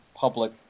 public